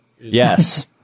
Yes